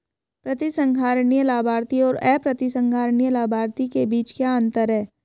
प्रतिसंहरणीय लाभार्थी और अप्रतिसंहरणीय लाभार्थी के बीच क्या अंतर है?